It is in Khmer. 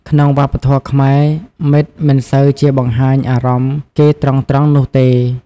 ក្នុងវប្បធម៌ខ្មែរ មិត្តមិនសូវជាបង្ហាញអារម្មណ៍គេត្រង់ៗនោះទេ។